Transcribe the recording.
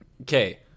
Okay